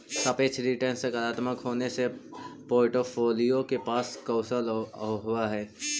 सापेक्ष रिटर्न सकारात्मक होने से पोर्ट्फोलीओ के पास कौशल होवअ हई